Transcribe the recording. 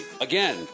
Again